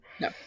No